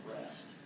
rest